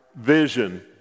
vision